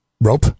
rope